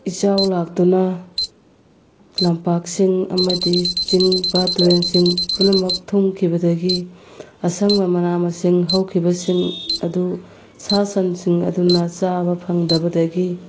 ꯏꯆꯥꯎ ꯂꯥꯛꯇꯨꯅ ꯂꯝꯄꯥꯛꯁꯤꯡ ꯑꯃꯗꯤ ꯆꯤꯡ ꯄꯥꯠ ꯇꯨꯔꯦꯟꯁꯤꯡ ꯄꯨꯝꯅꯃꯛ ꯊꯨꯝꯈꯤꯕꯗꯒꯤ ꯑꯁꯪꯕ ꯃꯅꯥ ꯃꯁꯤꯡ ꯍꯧꯈꯤꯕꯁꯤꯡ ꯑꯗꯨ ꯁꯥ ꯁꯟꯁꯤꯡ ꯑꯗꯨꯅ ꯆꯥꯕ ꯐꯪꯗꯕꯗꯒꯤ